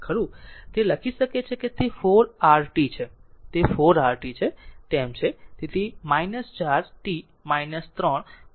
તે લખી શકે છે તે 4 rt છે 4 rt છે તેમ છે